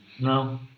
No